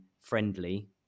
friendly